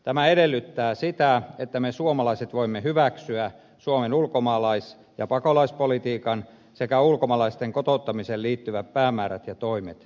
tämä edellyttää sitä että me suomalaiset voimme hyväksyä suomen ulkomaalais ja pakolaispolitiikan sekä ulkomaalaisten kotouttamiseen liittyvät päämäärät ja toimet